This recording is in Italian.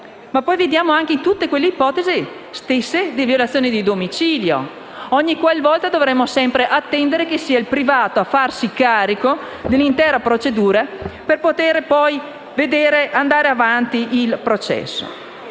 Ricordiamo anche tutte quelle ipotesi di violazione di domicilio. Ogni volta dovremo attendere che sia il privato a farsi carico dell'intera procedura per far andare avanti il processo.